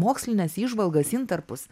mokslines įžvalgas intarpus